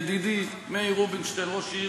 ידידי מאיר רובינשטיין,